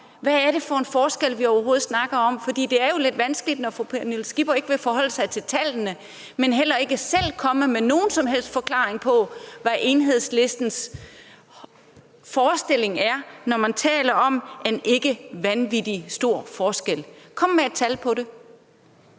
er for en forskel, vi snakker om, for det er jo lidt vanskeligt, når fru Pernille Skipper ikke vil forholde sig til tallene, men heller ikke selv komme med nogen som helst forklaring på, hvad Enhedslistens forestilling er, når man taler om en ikke vanvittig stor forskel. Kom med et tal på det.